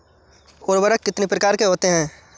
उर्वरक कितनी प्रकार के होते हैं?